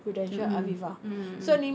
mm mm mm mm mm mm